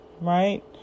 right